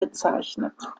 bezeichnet